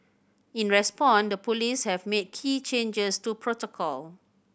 in response the police have made key changes to protocol